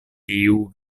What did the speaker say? tiu